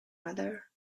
mother